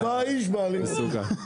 ארבעה איש מעלים אותי.